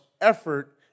effort